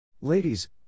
Ladies